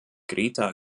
greta